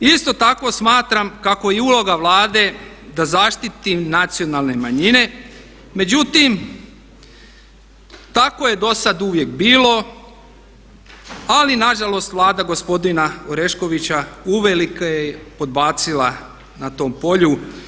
Isto tako smatram kako je uloga Vlade da zaštiti nacionalne manjine, međutim tako je dosad uvijek bilo, ali nažalost Vlada gospodina Oreškovića uvelike je podbacila na tom polju.